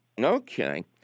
Okay